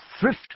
thrift